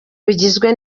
rugizwe